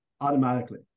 automatically